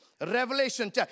Revelation